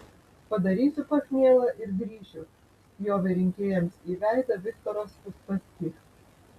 padarysiu pachmielą ir grįšiu spjovė rinkėjams į veidą viktoras uspaskich